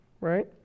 right